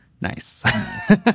Nice